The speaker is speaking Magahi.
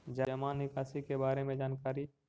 जामा निकासी के बारे में जानकारी?